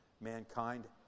mankind